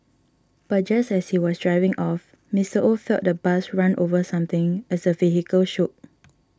but just as he was driving off Mister Oh felt the bus run over something as the vehicle shook